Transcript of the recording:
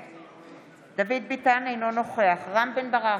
נגד דוד ביטן, אינו נוכח רם בן ברק,